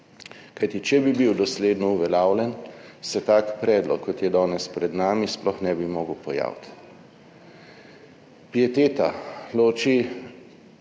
Kajti, če bi bil dosledno uveljavljen, se tak predlog, kot je danes pred nami, sploh ne bi mogel pojaviti. Pieteta je